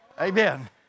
Amen